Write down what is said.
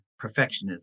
perfectionism